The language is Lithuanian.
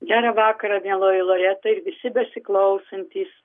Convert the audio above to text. gerą vakarą mieloji loreta ir visi besiklausantys